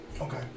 Okay